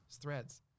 threads